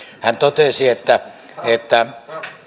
hän totesi että että